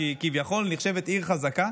שכביכול נחשבת עיר חזקה.